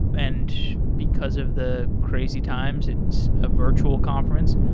and because of the crazy times, it's a virtual conference.